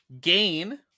Gain